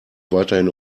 weiterhin